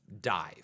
dive